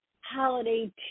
holiday